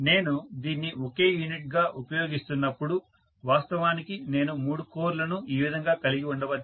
నేను దీన్ని ఒకే యూనిట్ గా ఉపయోగిస్తున్నప్పుడు వాస్తవానికి నేను మూడు కోర్ లను ఈ విధంగా కలిగి ఉండవచ్చు